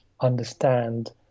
understand